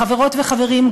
חברות וחברים,